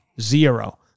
Zero